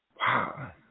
Wow